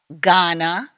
Ghana